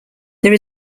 there